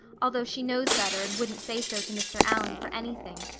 although she knows better and wouldn't say so to mr. allan for anything.